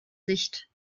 sicht